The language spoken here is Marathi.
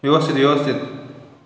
व्यवस्थित व्यवस्थित